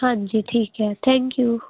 ਹਾਂਜੀ ਠੀਕ ਹੈ ਥੈਂਕ ਯੂ